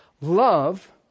love